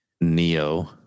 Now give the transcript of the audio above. Neo